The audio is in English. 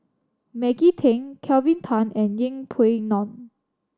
Maggie Teng Kelvin Tan and Yeng Pway Ngon